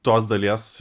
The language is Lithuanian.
tos dalies